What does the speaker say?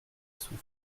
souffle